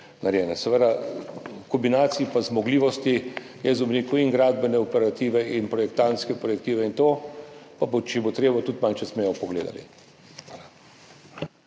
narejena. Seveda, v kombinaciji pa zmogljivosti in gradbene operative in projektantske projektive in tega pa bomo, če bo treba, tudi malo čez mejo pogledali.